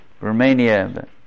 Romania